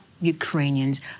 Ukrainians